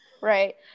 Right